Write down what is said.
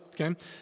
Okay